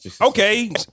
Okay